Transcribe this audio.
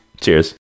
Cheers